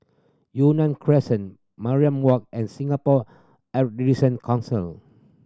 Yunnan Crescent Mariam Walk and Singapore Council